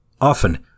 often